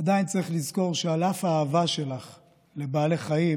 עדיין צריך לזכור שעל אף האהבה שלך לבעלי חיים,